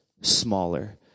smaller